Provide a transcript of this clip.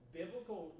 biblical